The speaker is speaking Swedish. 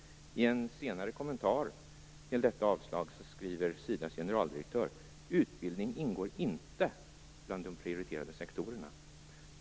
I en senare kommentar till detta avslag skriver Sida:s generaldirektör att utbildning inte ingår bland de prioriterade sektorerna.